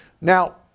now